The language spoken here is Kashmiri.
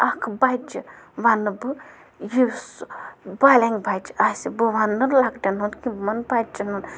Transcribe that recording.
اَکھ بَچہٕ وَنہٕ بہٕ یُس سُہ بالٮ۪نٛغ بَچہٕ آسہِ بہٕ وَنٛنہٕ لَکٹٮ۪ن ہُنٛد کہِ بہٕ وَنہٕ بَچَن ہُنٛد